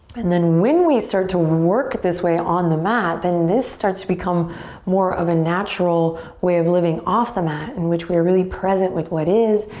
and then when we start to work this way on the mat, then this starts to become more of a natural way of living off the mat in which we are really present with what is.